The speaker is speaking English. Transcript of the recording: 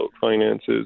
finances